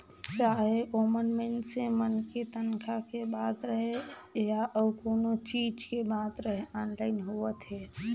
चाहे ओमन मइनसे मन के तनखा के बात रहें या अउ कोनो चीच के बात रहे आनलाईन होवत हे